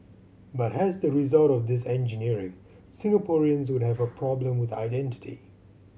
but as the result of this engineering Singaporeans would have a problem with identity